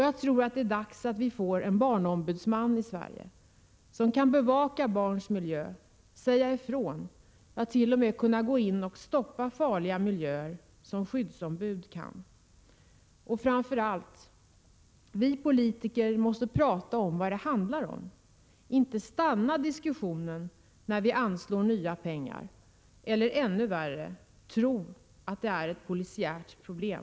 Jag tror det är dags att vi får en barnombudsman i Sverige, som kan bevaka barns miljö, säga ifrån, ja, t.o.m. gå in och stoppa farliga miljöer som skyddsombud kan. Och framför allt: Vi politiker måste prata om vad det handlar om, inte sluta diskussionen när vi anslår nya pengar, eller än värre, tro att det är ett polisiärt problem.